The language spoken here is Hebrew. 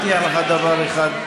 אני יכול להבטיח לך דבר אחד.